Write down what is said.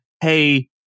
hey